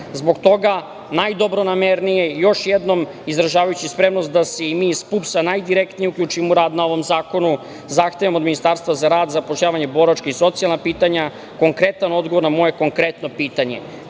toga, najdobronamernije, još jednom izražavajući spremnost da se i mi iz PUPS-a najdirektnije uključimo u rad na ovom zakonu zahtevamo od Ministarstva za rad, zapošljavanje, boračka i socijalna pitanja konkretan odgovor na moje konkretno pitanje